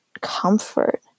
comfort